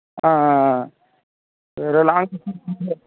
ஆ ஆ ஆ ஏதோ லாங்